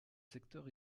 secteur